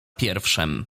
pierwszem